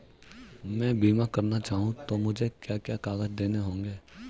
मैं बीमा करना चाहूं तो मुझे क्या क्या कागज़ देने होंगे?